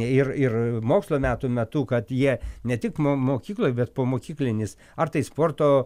ir ir mokslo metų metu kad jie ne tik mo mokykloj bet pomokyklinis ar tai sporto